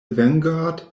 vanguard